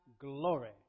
glory